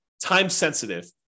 time-sensitive